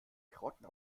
karotten